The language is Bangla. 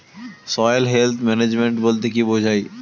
সয়েল হেলথ ম্যানেজমেন্ট বলতে কি বুঝায়?